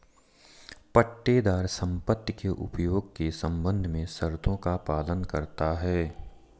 पट्टेदार संपत्ति के उपयोग के संबंध में शर्तों का पालन करता हैं